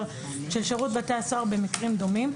של שירות בתי הסוהר במקרים דומים,